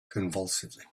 convulsively